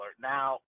now